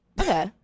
Okay